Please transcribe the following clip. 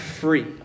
free